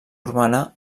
urbana